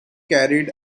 carried